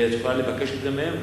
ואת יכולה לבקש את זה מהם.